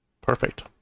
Perfect